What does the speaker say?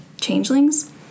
changelings